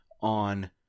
on